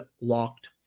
locked